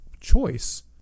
choice